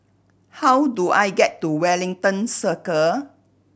how do I get to Wellington Circle